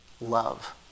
love